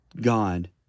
God